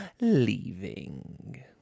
leaving